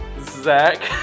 Zach